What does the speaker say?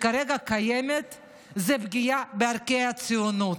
שכרגע קיימת היא פגיעה בערכי הציונות,